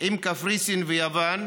עם קפריסין ויוון,